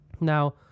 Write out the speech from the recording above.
Now